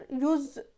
use